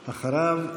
אחריו,